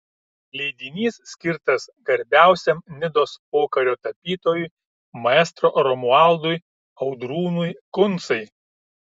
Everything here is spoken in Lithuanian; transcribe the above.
leidinys skirtas garbiausiam nidos pokario tapytojui maestro romualdui audrūnui kuncai